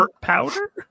powder